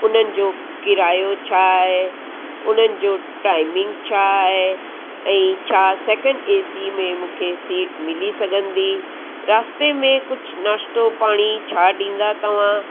उन्हनि जो किरायो छाहे उन्हनि जो टाइमिंग छाहे ऐं छा सेकिंड ए सी में मूंखे सीट मिली सघंदी रास्ते में कुझु नाश्तो पाणी छा ॾींदा तव्हां